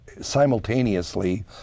simultaneously